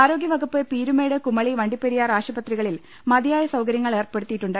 ആരോഗ്യവകുപ്പ് പീരുമേട് കുമളി വണ്ടിപ്പെരിയാർ ആശുപത്രികളിൽ മതിയായ സൌകര്യങ്ങൾ ഏർപ്പെടുത്തി യിട്ടുണ്ട്